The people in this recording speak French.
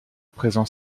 présent